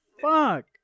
Fuck